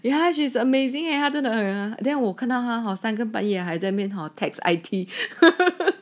ya she's amazing eh 他这个人我看到他三更半夜还在 text I_T